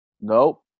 Nope